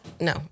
no